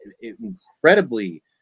incredibly